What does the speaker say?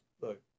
look